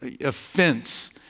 offense